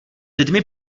lidmi